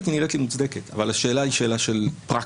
נראית לי מוצדקת אבל השאלה היא שאלה פרקטית,